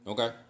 Okay